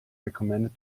recommended